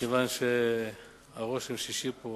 מכיוון שהרושם שהשאיר פה